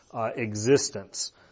existence